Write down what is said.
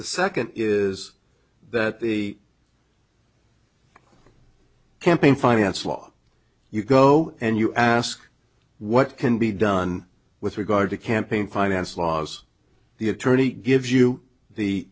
the second is that the campaign finance law you go and you ask what can be done with regard to campaign finance laws the attorney give you the